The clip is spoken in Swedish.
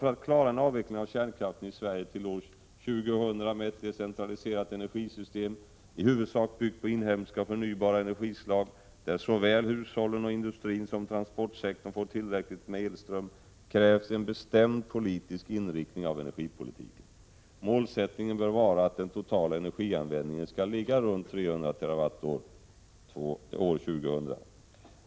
För att klara en avveckling av kärnkraften i Sverige till år 2000 med ett decentraliserat energisystem i huvudsak byggt på inhemska och förnybara energislag, där såväl hushållen och industrin som transportsektorn får tillräckligt med elström, krävs en bestämd politisk inriktning av energipolitiken. Målsättningen bör vara att den totala energianvändningen skall ligga runt 300 TWh år 2000.